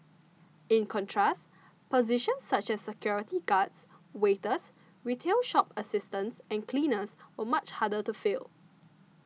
in contrast positions such as security guards waiters retail shop assistants and cleaners were much harder to fill